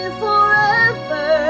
forever